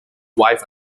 wife